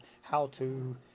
how-to